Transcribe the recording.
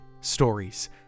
Stories